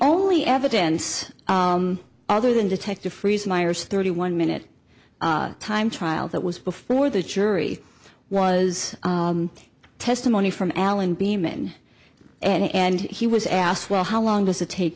only evidence other than detective freeze myers thirty one minute time trial that was before the jury was testimony from allen beeman and he was asked well how long does it take